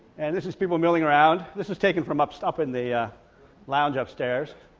and this is people milling around, this is taken from up so up in the ah lounge upstairs,